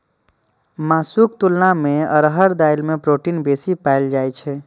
मासुक तुलना मे अरहर दालि मे प्रोटीन बेसी पाएल जाइ छै